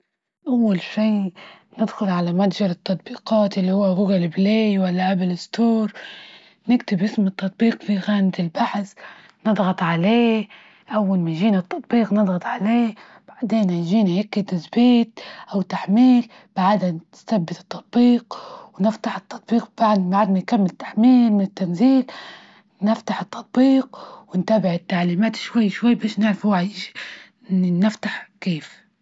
أول شيء ندخل على متجر التطبيقات اللي هو جوجل بلاي ولا أبل ستور، نكتب إسم التطبيق في خانة البحث، نضغط عليه أول ما يجينا التطبيق نضغط عليه بعدين يجيني هيك التثبيت أو تحميل، بعدها نثبت التطبيق ونفتح التطبيق بعد ما يكمل التحميل من التنزيل، نفتح التطبيق ونتابع التعليمات شوي شوي باش نعرف نفتح كيف.